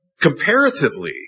Comparatively